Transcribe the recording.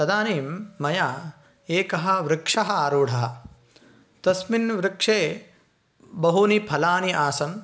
तदानीं मया एकः वृक्षः आरूढः तस्मिन् वृक्षे बहूनि फलानि आसन्